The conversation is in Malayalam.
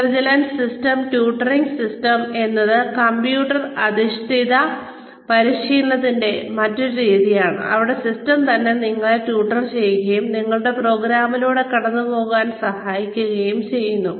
ഇന്റലിജന്റ് ട്യൂട്ടറിംഗ് സിസ്റ്റം എന്നത് കമ്പ്യൂട്ടർ അധിഷ്ഠിത പരിശീലനത്തിന്റെ മറ്റൊരു രീതിയാണ് അവിടെ സിസ്റ്റം തന്നെ നിങ്ങളെ ട്യൂട്ടർ ചെയ്യുകയും നിങ്ങളുടെ പ്രോഗ്രാമിലൂടെ കടന്നുപോകാൻ സഹായിക്കുകയും ചെയ്യുന്നു